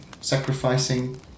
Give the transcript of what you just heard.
sacrificing